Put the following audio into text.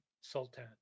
Sultan